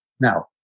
Now